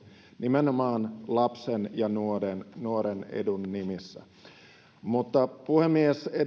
nimenomaan lapsen ja nuoren nuoren edun nimissä puhemies